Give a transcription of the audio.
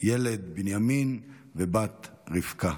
ילד בנימין ובת רבקה.